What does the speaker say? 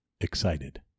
excited